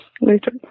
later